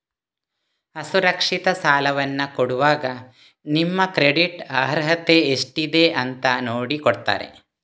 ಅಸುರಕ್ಷಿತ ಸಾಲವನ್ನ ಕೊಡುವಾಗ ನಿಮ್ಮ ಕ್ರೆಡಿಟ್ ಅರ್ಹತೆ ಎಷ್ಟಿದೆ ಅಂತ ನೋಡಿ ಕೊಡ್ತಾರೆ